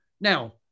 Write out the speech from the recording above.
Now